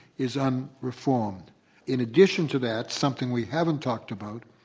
is unreformed. in addition to that, something we haven't talked about,